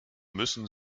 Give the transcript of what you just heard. müssen